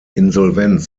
insolvenz